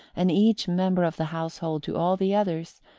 and each member of the household to all the others,